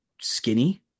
skinny